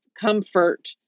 comfort